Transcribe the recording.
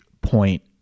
point